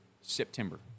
September